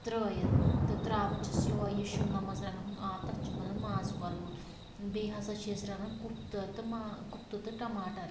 ترٛٲیِتھ تہٕ ترٛاوان چھِس یُہوے یہِ شملہ مَرژٕوانٛگنَن ہُنٛد آب تتھ چھُ بنان ماز کوٚرمہٕ بیٚیہِ ہَسا چھِ أسۍ رنان کُفتہٕ تہٕ ماز کُفتہ تہٕ ٹماٹر